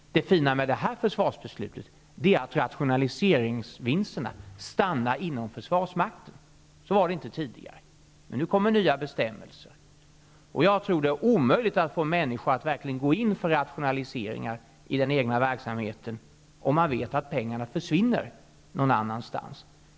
Det fina med detta försvarsbeslut är att rationaliseringsvinsterna stannar inom försvarsmakten. Så var det inte tidigare. Nu kommer nya bestämmelser. Jag tror att det är omöjligt att få människor att verkligen gå in för rationaliseringar i den egna verksamheten om de vet att pengarna försvinner någon annanstans.